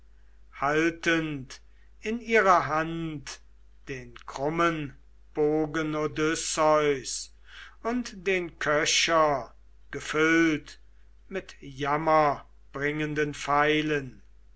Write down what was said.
haltend in ihrer hand den krummen bogen odysseus und den köcher gefüllt mit jammerbringenden pfeilen